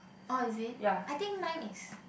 oh is it I think mine is